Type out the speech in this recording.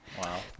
Wow